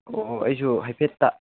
ꯑꯣ ꯑꯣ ꯑꯩꯁꯨ ꯍꯥꯏꯐꯦꯠ